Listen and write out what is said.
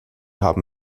haben